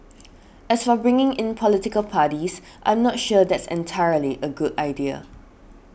as for bringing in political parties I'm not sure that's entirely a good idea